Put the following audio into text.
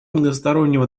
многостороннего